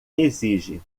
exige